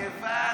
אה, אני הבנתי.